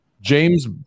James